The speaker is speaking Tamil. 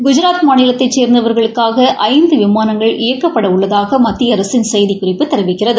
குஜராத் மாநிலத்தை சேர்ந்தவர்களுக்காக ஐந்து விமானங்கள் இயக்கப்பட உள்ளதாக மத்திய அரசின் செய்திக்குறிப்பு தெரிவிக்கிறது